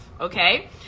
Okay